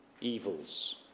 evils